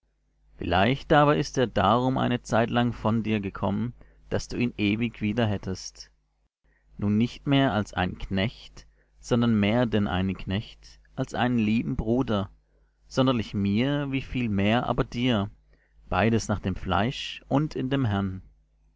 vielleicht aber ist er darum eine zeitlang von dir gekommen daß du ihn ewig wieder hättest nun nicht mehr als einen knecht sondern mehr denn einen knecht als einen lieben bruder sonderlich mir wie viel mehr aber dir beides nach dem fleisch und in dem herrn